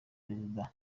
perezida